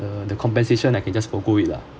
the the compensation I can just forgo it lah